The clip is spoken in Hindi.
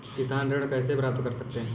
किसान ऋण कैसे प्राप्त कर सकते हैं?